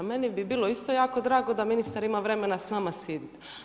Meni bi bilo isto jako drago da ministar ima vremena s nama sjediti.